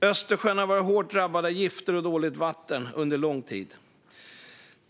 Östersjön har varit hårt drabbad av gifter och dåligt vatten under lång tid.